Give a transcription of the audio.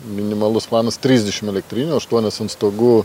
minimalus planas trisdešim elektrinių aštuonios ant stogų